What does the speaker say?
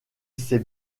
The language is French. ses